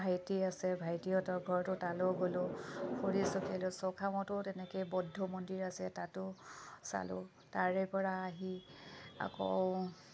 ভাইটি আছে ভাইটিহঁতৰ ঘৰতো তালৈয়ো গ'লোঁ ফুৰি চকি আহিলোঁ চৌখামতো তেনেকৈ বৌদ্ধ মন্দিৰ আছে তাতো চালোঁ তাৰেপৰা আহি আকৌ